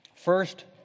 First